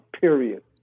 period